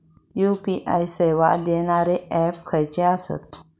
UPI सेवा देणारे app खयचे आसत?